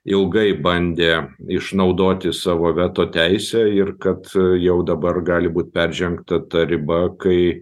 ilgai bandė išnaudoti savo veto teisę ir kad jau dabar gali būt peržengta ta riba kai